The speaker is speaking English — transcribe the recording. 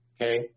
Okay